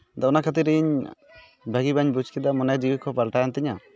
ᱟᱫᱚ ᱱᱚᱟ ᱠᱷᱹᱟᱛᱤᱨ ᱤᱧ ᱵᱷᱟᱹᱜᱤ ᱵᱟᱹᱧ ᱵᱩᱡ ᱠᱮᱫᱟ ᱢᱚᱱᱮ ᱡᱤᱣᱤ ᱠᱚ ᱯᱟᱞᱴᱟᱣᱮᱱ ᱛᱤᱧᱟᱹ